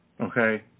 okay